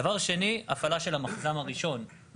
דבר שני, הפעלה של המכז"מ הראשון.